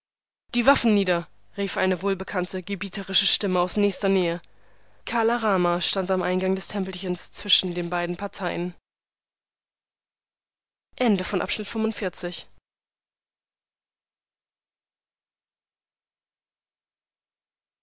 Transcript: die waffen nieder rief eine wohlbekannte gebieterische stimme aus nächster nähe kala rama stand am eingang des tempelchens zwischen den beiden parteien